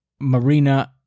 marina